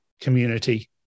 community